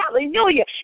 hallelujah